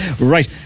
Right